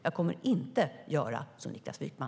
Jag kommer inte att göra som Niklas Wykman.